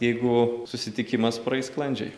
jeigu susitikimas praeis sklandžiai